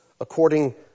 according